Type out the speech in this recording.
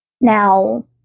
Now